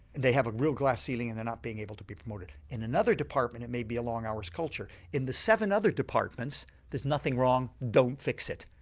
they have a real glass ceiling and they're not being able to be promoted. in another department it may be a long hours culture. in the seven other departments there's nothing wrong, don't fix it.